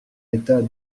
état